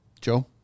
Joe